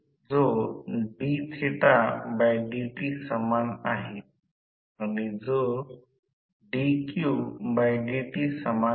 ज्या ऊर्जा घटकावर मोटर पूर्ण लोडवर कार्य करतो कमी 0